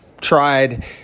tried